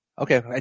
Okay